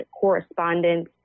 correspondence